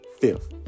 fifth